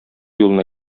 юлына